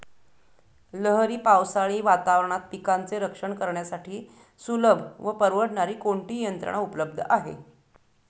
लहरी पावसाळी वातावरणात पिकांचे रक्षण करण्यासाठी सुलभ व परवडणारी कोणती यंत्रणा उपलब्ध आहे?